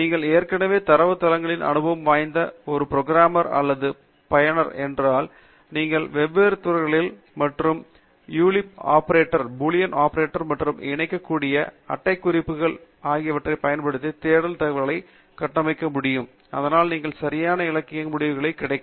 நீங்கள் ஏற்கெனவே தரவுத் தளங்களின் அனுபவம் வாய்ந்த ஒரு புரோகிராமர் அல்லது பயனர் என்றால் நீங்கள் வெவ்வேறு துறைகளில் மற்றும் பூலியன் ஆபரேட்டர்கள் மற்றும் இணைக்கக் கூடிய அடைப்புக்குறிகள் ஆகியவற்றைப் பயன்படுத்தி தேடல் வினவல்களை கட்டமைக்க முடியும் இதனால் நீங்கள் சரியான இலக்கிய முடிவுகள் கிடைக்கும்